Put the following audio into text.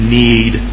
need